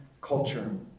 culture